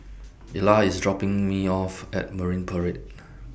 Ela IS dropping Me off At Marine Parade